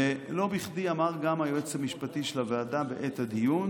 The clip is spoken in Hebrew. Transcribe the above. ולא בכדי אמר גם היועץ המשפטי של הוועדה בעת הדיון